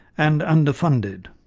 and under funded.